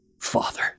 father